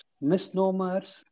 misnomers